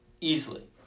easily